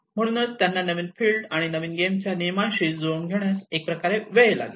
म्हणूनच त्यांना नवीन फील्ड आणि नवीन गेमच्या नियमांशी जुळवून घेण्यास एक प्रकारे वेळ लागेल